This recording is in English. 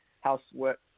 housework